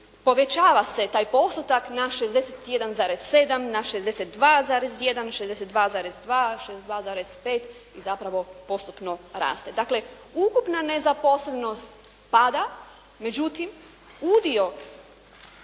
povećava se taj postotak na 61,7, na 62,1, 62,2, 62,5 i zapravo postupno raste. Dakle ukupna nezaposlenost pada međutim udio